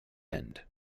end